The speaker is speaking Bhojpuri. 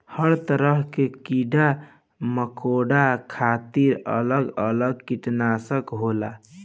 हर तरह के कीड़ा मकौड़ा खातिर अलग अलग किटनासक होला